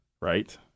right